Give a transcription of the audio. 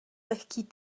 lehký